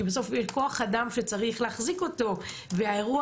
כי בסוף כוח אדם שצריך להחזיק אותו והאירוע